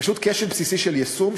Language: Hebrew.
פשוט כשל בסיסי של יישום,